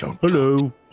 Hello